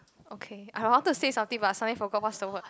okay I want to say something but sorry forgot what's the word